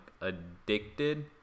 addicted